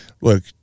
look